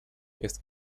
jest